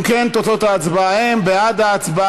אם כן, תוצאות ההצבעה הן: בעד ההצעה,